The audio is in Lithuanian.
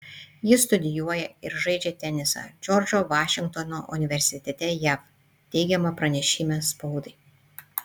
jis studijuoja ir žaidžia tenisą džordžo vašingtono universitete jav teigiama pranešime spaudai